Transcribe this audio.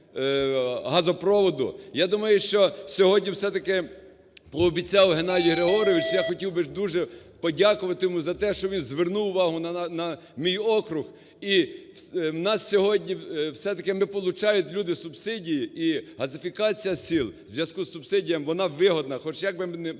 Я думаю, що сьогодні все-таки пообіцяв Геннадій Григорович, я хотів би дуже подякувати йому за те, що він звернув увагу на мій округ. І в нас сьогодні все-таки получають люди субсидії, і газифікація сіл у зв'язку з субсидіями вона